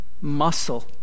muscle